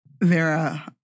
Vera